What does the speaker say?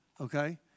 okay